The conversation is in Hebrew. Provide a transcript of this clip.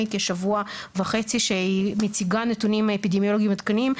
כשבוע וחצי שהיא מציגה נתונים אפידמיולוגיים עדכניים,